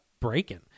breaking